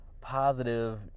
positive